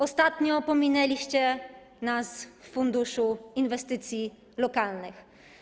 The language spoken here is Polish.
Ostatnio pominęliście nas w funduszu inwestycji lokalnych.